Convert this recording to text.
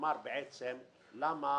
שאמר למה